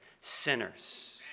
sinners